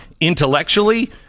intellectually